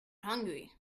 hungry